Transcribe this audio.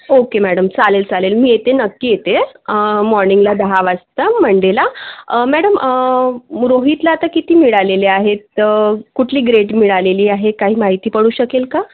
okay madam चालेल चालेल मी येते नक्की येते मॉर्निंगला दहा वाजता मंडेला मॅडम मग रोहितला आता किती मिळालेले आहेत कुठली ग्रेड मिळालेली आहे काही माहिती पडू शकेल का